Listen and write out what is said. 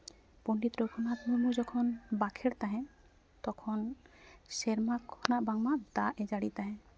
ᱯᱚᱸᱰᱤᱛ ᱨᱟᱹᱜᱷᱩᱱᱟᱛᱷ ᱢᱩᱨᱢᱩ ᱡᱚᱠᱷᱚᱱ ᱵᱟᱠᱷᱮᱲ ᱛᱟᱦᱮᱸᱜ ᱛᱚᱠᱷᱚᱱ ᱥᱮᱨᱢᱟ ᱠᱷᱚᱱᱟᱜ ᱵᱟᱝᱢᱟ ᱫᱟᱜ ᱮ ᱡᱟᱹᱲᱤ ᱛᱟᱦᱮᱸᱜ